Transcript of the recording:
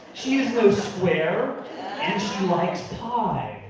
she is no square. and she likes. ah